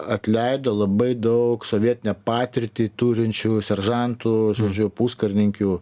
atleido labai daug sovietinę patirtį turinčių seržantų žodžiu puskarininkių